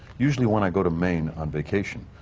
usually when i go to maine on vacation.